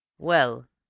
well,